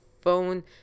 phone